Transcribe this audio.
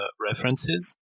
references